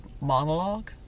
monologue